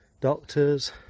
doctors